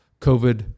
covid